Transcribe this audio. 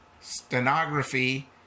stenography